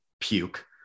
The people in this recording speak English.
puke